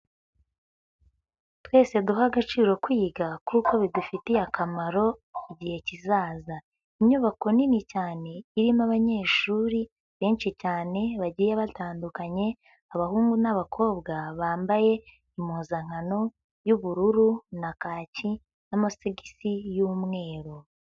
Twese duha agaciro kwiga kuko bidufitiye akamaro igihe kizaza. Inyubako nini cyane irimo abanyeshuri benshi cyane bagiye batandukanye, abahungu n'abakobwa bambaye impuzankano y'ubururu na kaki n'amasogisi y'umweru.